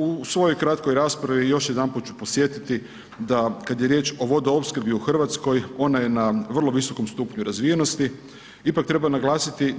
U svojoj kratkoj raspravi još jedanput ću podsjetiti da kad je riječ o vodoopskrbi u RH ona je na vrlo visokom stupnju razvijenosti, ipak treba naglasiti